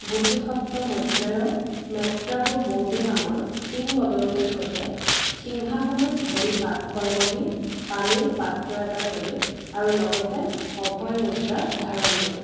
বোধিসত্ত্ব মৈত্ৰেয় মেট্ৰাগো বৌডো নামৰ কিংবদন্তীৰ সৈতে সিংহাসনত ভৰি পাক খুৱাই বহি পানীৰ পাত্ৰ এটা ধৰি আৰু লগতে অভয় মুদ্ৰা ধাৰণ কৰি